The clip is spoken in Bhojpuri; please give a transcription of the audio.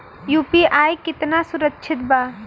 यू.पी.आई कितना सुरक्षित बा?